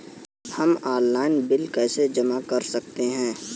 हम online bill कैसे जमा कर सकते हैं?